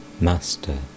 Master